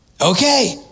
Okay